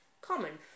common